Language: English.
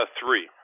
three